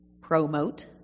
promote